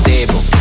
Table